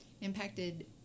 Impacted